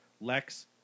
Lex